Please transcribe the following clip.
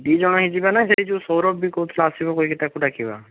ଦୁଇ ଜଣ ହିଁ ଯିବା ନା ସେଇ ଯେଉଁ ସୌରଭ ବି କହୁଥିଲା ଆସିବ କହିକି ତାକୁ ଡାକିବା